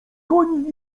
koni